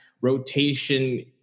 rotation